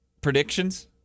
predictions